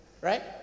Right